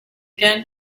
again